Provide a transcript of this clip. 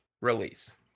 release